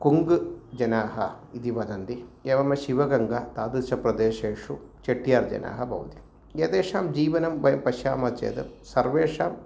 कुङग् जनाः इति वदन्ति एवमे शिवगङ्गा तादृश प्रदेशेषु चेट्टियार् जनाः बवन्ति एतेषां जीवनं वयं पश्यामः चेत् सर्वेषाम्